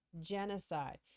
genocide